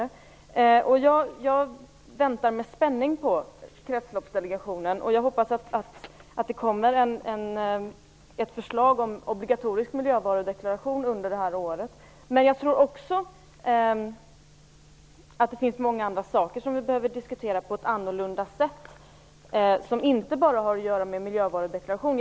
Jag väntar med spänning på Kretsloppsdelegationen. Jag hoppas att det kommer ett förslag om obligatorisk miljövarudeklaration under detta år, men jag tror också att det finns många andra saker som vi behöver diskutera på ett annorlunda sätt. Det har inte bara att göra med miljövarudeklaration.